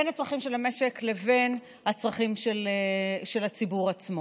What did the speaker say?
ובין הצרכים של המשק לבין הצרכים של הציבור עצמו.